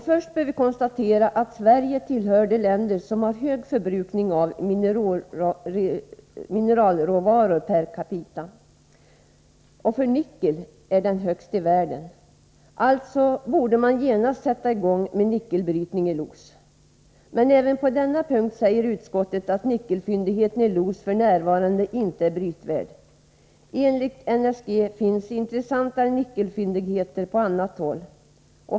Först bör vi konstatera att Sverige tillhör de länder som har hög förbrukning av mineralråvaror per capita. För nickel är den högst i världen. Man borde alltså genast sätta i gång med nickelbrytning i Los. Men även på denna punkt säger utskottet att nickelfyndigheten i Los f. n. inte är brytvärd. Enligt NSG finns intressanta nickelfyndigheter på annat håll.